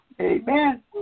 Amen